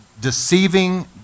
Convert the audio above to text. deceiving